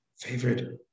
Favorite